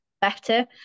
better